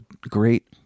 great